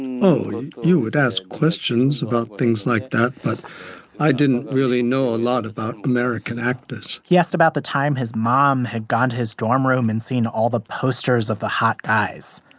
you would ask questions about things like that, but i didn't really know a lot about american actors he asked about the time his mom had gone to his dorm room and seen all the posters of the hot guys.